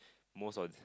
most of the